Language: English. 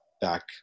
back